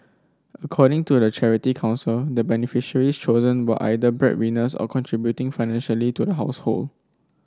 according to the Charity Council the beneficiaries chosen were either bread winners or contributing financially to the household